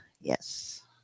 Yes